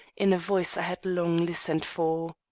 in a voice i had long listened for.